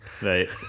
Right